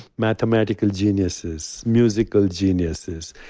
mathematical geniuses, musical geniuses.